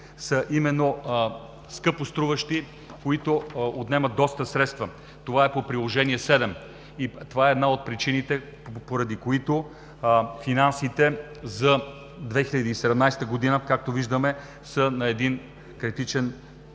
са именно скъпоструващи, които отнемат доста средства. Това е по Приложение № 7. Това е една от причините, поради които финансите за 2017 г., както виждаме, са на един критичен минимум.